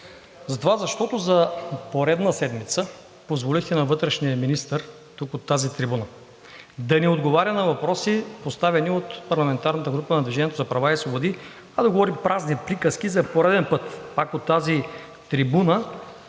затова защото за поредна седмица позволихте на вътрешния министър тук, от тази трибуна, да не отговаря на въпроси, поставени от парламентарната група на „Движение за права и свободи“, а да говори празни приказки за пореден път пак от тази трибуна.